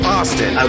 Austin